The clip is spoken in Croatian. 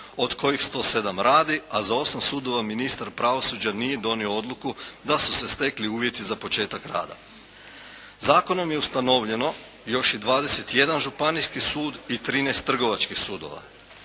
od kojih 107 radi a za 8 sudova ministar pravosuđa nije donio odluku da su se stekli uvjeti za početak rada. Zakonom je ustanovljeno još i 21 županijski sud i 13 trgovačkih sudova.